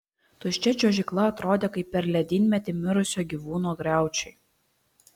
tuščia čiuožykla atrodė kaip per ledynmetį mirusio gyvūno griaučiai